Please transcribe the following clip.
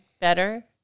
better